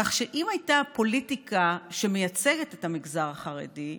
כך שאם הייתה פוליטיקה שמייצגת את המגזר החרדי,